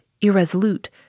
irresolute